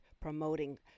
promoting